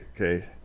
okay